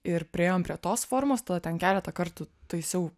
ir priėjom prie tos formos tada ten keletą kartų taisiau